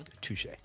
Touche